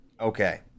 okay